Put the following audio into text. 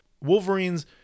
Wolverine's